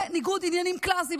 זה ניגוד עניינים קלאסי,